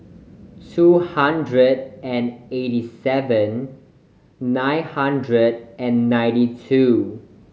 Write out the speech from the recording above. two hundred and eighty seven nine hundred and ninety two